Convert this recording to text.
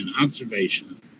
observation